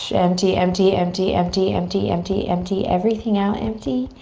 empty, empty, empty, empty, empty, empty, empty, everything out empty.